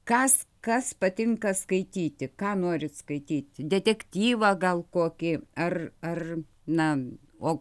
kas kas patinka skaityti ką norit skaityti detektyvą gal kokį ar ar na o